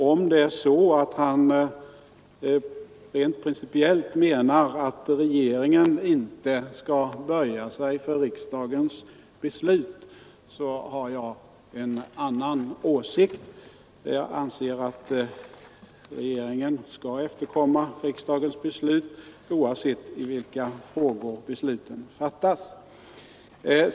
Om herr Wictorsson rent principiellt menar att regeringen inte skall böja sig för riksdagens beslut, så har jag en annan åsikt. Jag anser att regeringen skall efterkomma riksdagens beslut, oavsett i vilka frågor besluten fattas.